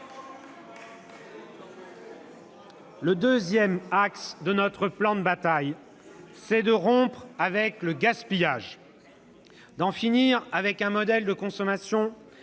Le deuxième axe de notre plan de bataille, c'est de rompre avec le gaspillage, d'en finir avec un modèle de consommation